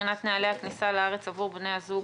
בחינת נוהלי הכניסה לארץ עבור בני זוג